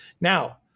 Now